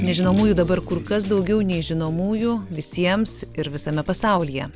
nežinomųjų dabar kur kas daugiau nei žinomųjų visiems ir visame pasaulyje